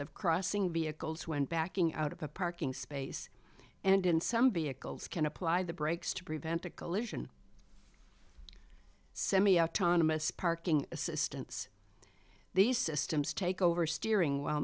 of crossing vehicles when backing out of a parking space and in some vehicles can apply the brakes to prevent a collision semi autonomous parking assistance these systems take over steering w